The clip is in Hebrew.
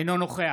אינו נוכח